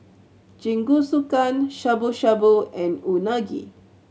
Jingisukan Shabu Shabu and Unagi